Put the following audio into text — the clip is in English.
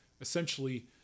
essentially